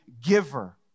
giver